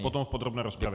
Potom v podrobné rozpravě.